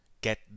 get